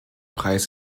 preis